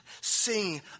Sing